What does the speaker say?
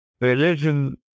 religion